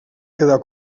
quedar